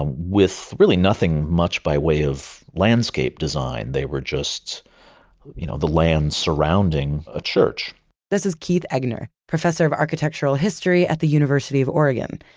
um with really nothing much by way of landscape design. they were just you know the land surrounding a church this is keith eggener, professor of architectural history at the university of oregon.